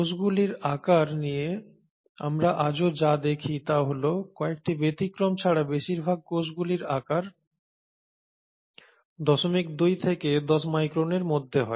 কোষগুলির আকার নিয়ে আমরা আজও যা দেখি তা হল কয়েকটি ব্যতিক্রম ছাড়া বেশিরভাগ কোষগুলির আকার 02 থেকে 10 মাইক্রনের মধ্যে হয়